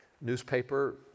newspaper